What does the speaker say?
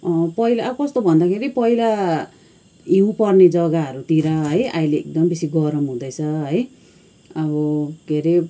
पहिला कस्तो भन्दाखेरि पहिला हिउँ पर्ने जग्गाहरूतिर है अहिले एकदम बेसी गरम हुँदैछ है अब के रे